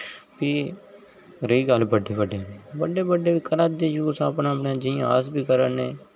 ते फ्ही रेही गल्ल बड्डे बड्डे दी ते बड्डे बड्डे बी करा दे यूज जियां अस करा ने